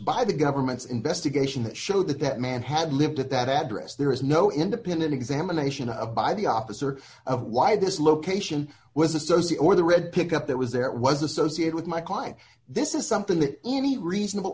by the government's investigation that showed that that man had lived at that address there is no independent examination of by the officer of why this location was a says the or the red pickup that was that was associated with my client this is something that any reasonable